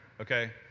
okay